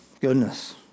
goodness